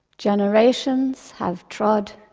generations have trod,